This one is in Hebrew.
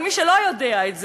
אבל מי שלא יודע את זה,